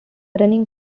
running